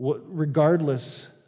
Regardless